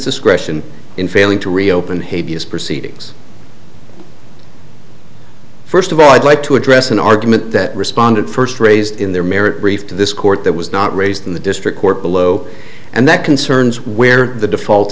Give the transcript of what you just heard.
discretion in failing to reopen haiti's proceedings first of all i'd like to address an argument that respondent first raised in their marriage brief to this court that was not raised in the district court below and that concerns where the default